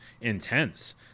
intense